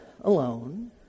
alone